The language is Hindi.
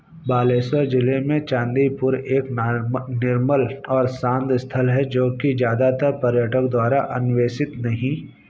बालेश्वर जिले में चांदीपुर एक निर्मल और शांत स्थल है जो कि ज़्यादातर पर्यटकों द्वारा अन्वेषित नहीं